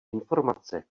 informace